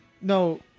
No